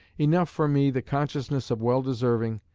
enough for me the consciousness of well-deserving,